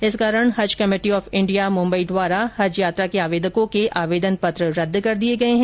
इस कारण Haj committee of India Mumbai द्वारा हज यात्रा के आवेदकों के आवेदन पत्र रद्द कर दिये गए हैं